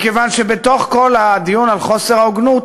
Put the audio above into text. מכיוון שבתוך כל הדיון על חוסר ההוגנות,